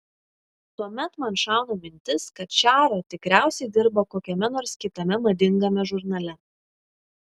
tuomet man šauna mintis kad čaro tikriausiai dirba kokiame nors kitame madingame žurnale